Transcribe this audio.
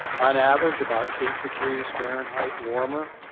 on average about eight degrees fahrenheit warmer.